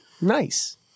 Nice